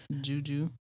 Juju